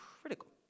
critical